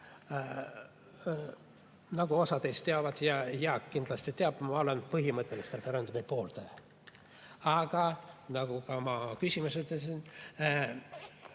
Nagu osa teist teab ja Jaak kindlasti teab, ma olen põhimõtteliselt referendumi pooldaja. Aga nagu ma ka oma küsimuses ütlesin,